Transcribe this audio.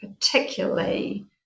particularly –